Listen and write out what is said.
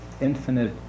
infinite